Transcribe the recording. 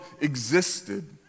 existed